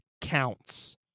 counts